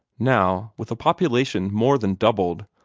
now, with a population more than doubled,